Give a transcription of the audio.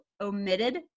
omitted